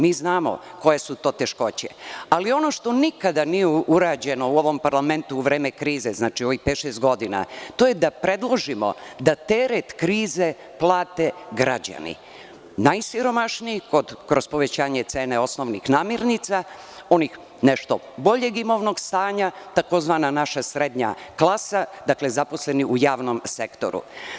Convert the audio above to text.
Mi znamo koje su to teškoće, ali ono što nikada nije urađeno u ovom parlamentu u vreme krize, znači u ovih pet-šest godina, to je da predložimo da teret krize plate građani, najsiromašniji, kroz povećanje cena osnovnih namirnica, onih nešto boljeg imovnog stanja, tzv. naša srednja klasa, dakle, zaposleni u javnom sektoru.